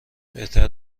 بهتر